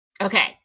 Okay